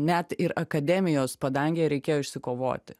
net ir akademijos padangėje reikėjo išsikovoti